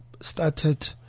started